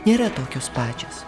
nėra tokios pačios